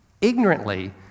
ignorantly